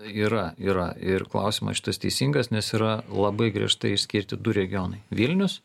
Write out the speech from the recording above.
yra yra ir klausimas šitas teisingas nes yra labai griežtai išskirti du regionai vilnius